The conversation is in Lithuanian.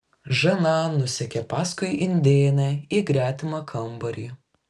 žana nusekė paskui indėnę į gretimą kambarį